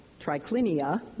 triclinia